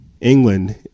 England